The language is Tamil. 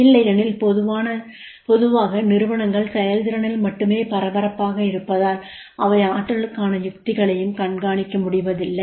இல்லையெனில் பொதுவாக நிறுவனங்கள் செயல்திறனில் மட்டுமே பரபரப்பாக இருப்பதால் அவை ஆற்றலுக்கான யுக்திகளையும் கண்காணிக்க முடிவதில்லை